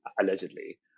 allegedly